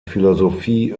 philosophie